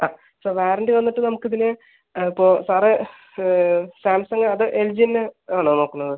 ആ so warranty വന്നിട്ട് നമുക്ക് ഇതിന് അത് ഇപ്പോൾ സാറ് സാംസംഗ് അത് എൽ ജി തന്നെ ആണോ നോക്കുന്നത്